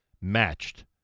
matched